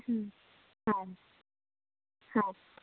ಹ್ಞೂ ಹಾಂ ಹಾಂ